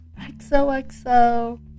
XOXO